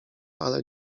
ale